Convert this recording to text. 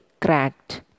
cracked